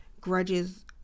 grudges